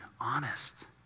honest